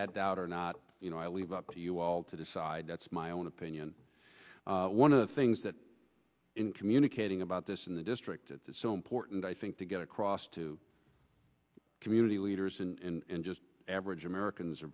that out or not you know i leave up to you all to decide that's my own opinion one of the things that in communicating about this in the district it's so important i think to get across to community leaders in just average americans